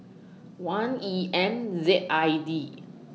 one E M Z I D